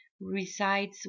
Resides